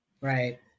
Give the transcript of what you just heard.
Right